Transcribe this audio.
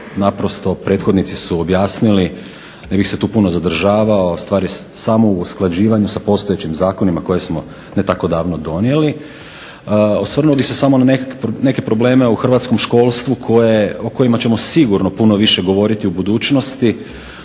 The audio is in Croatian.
naprosto prethodnici su objasnili, ne bih se tu puno zadržavao stvar je samo u usklađivanju sa postojećim zakonima koje smo ne tako davno donijeli, osvrnuo bih se samo na neke probleme u hrvatskom školstvu o kojima ćemo sigurno puno više govoriti u budućnosti.